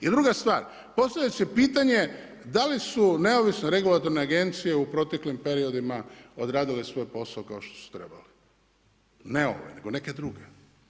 I druga stvar postavlja se pitanje da li su neovisne regulatorne agencije u proteklim periodima odradile svoj posao kao što su trebali, ne ove nego neke druge?